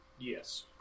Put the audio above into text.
Yes